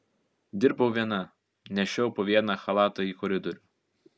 dirbau viena nešiojau po vieną chalatą į koridorių